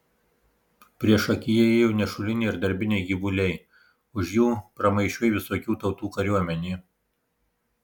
priešakyje ėjo nešuliniai ir darbiniai gyvuliai už jų pramaišiui visokių tautų kariuomenė